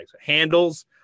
handles